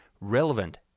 relevant